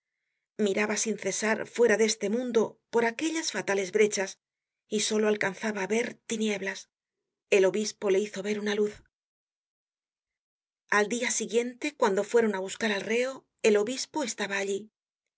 sin cesar fuera de este mundo por aquellas fatales brechas y solo alcanzaba á ver tinieblas el obispo le hizo ver una luz al dia siguiente cuando fueron á buscar al reo el obispo estaba allí